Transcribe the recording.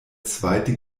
zweite